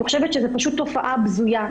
אני חושבת שזו פשוט תופעה בזויה.